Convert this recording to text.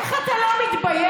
איך אתה לא מתבייש?